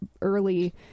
early